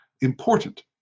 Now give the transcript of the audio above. important